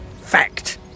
Fact